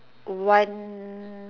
one